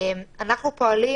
אנחנו פועלים